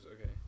Okay